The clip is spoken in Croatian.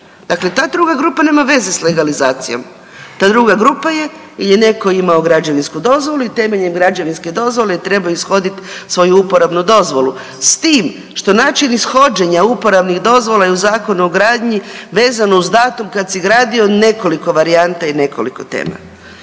Dakle, ta druga grupa nema veze s legalizacijom, ta druga grupa je jel je netko imao građevinsku dozvolu i temeljem građevinske dozvole treba ishodit svoju uporabnu dozvolu s tim što način ishođenja uporabnih dozvola je u Zakonu o gradnji vezano uz datum kad si gradio nekoliko varijanta i nekoliko tema.